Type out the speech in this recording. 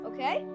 Okay